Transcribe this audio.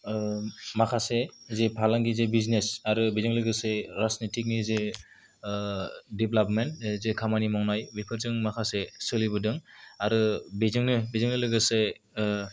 माखासे जे फालांगि जे बिजनेस आरो बेजों लोगोसे राजनिटिकनि जे देभलभमेन्थ जे खामानि मावनाय बेफोरजों माखासे सोलिबोदों आरो बेजोंनो बेजोंनो लोगोसे